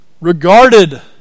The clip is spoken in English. regarded